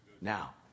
Now